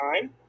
time